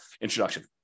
introduction